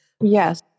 Yes